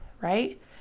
right